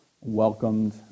welcomed